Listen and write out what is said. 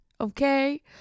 okay